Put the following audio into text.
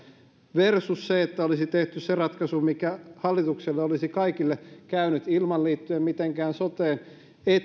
versus se että olisi tehty se ratkaisu mikä hallituksessa olisi kaikille käynyt mitenkään soteen liittymättä että